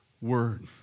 word